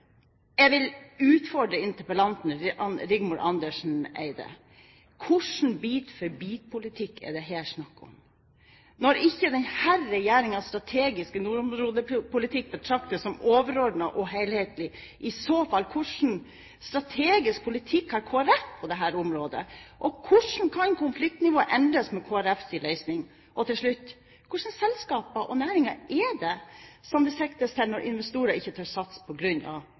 Jeg vil utfordre interpellanten Rigmor Andersen Eide: Hvilken bit-for-bit-politikk er det her snakk om, når ikke denne regjeringens strategiske nordområdepolitikk betraktes som overordnet og helhetlig? I så fall, hvilken strategisk politikk har Kristelig Folkeparti på dette området, og hvordan kan konfliktnivået endres med Kristelig Folkeparti sin løsning? Og til slutt: Hvilke selskaper og næringer siktes det til som investorer på grunn av usikker lovgivning, ikke